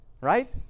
Right